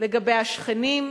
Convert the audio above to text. לגבי השכנים,